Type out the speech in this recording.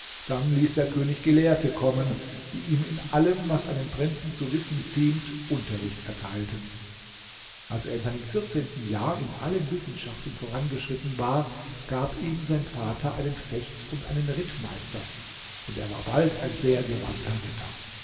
dann ließ der könig gelehrte kommen die ihm in allem was einem prinzen zu wissen ziemt unterricht erteilten als er in seinem vierzehnten jahr in allen wissenschaften vorangeschritten war gab ihm sein vater einen fecht und einen rittmeister und er war bald ein sehr gewandter ritter